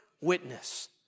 witness